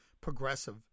progressive